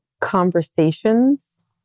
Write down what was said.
conversations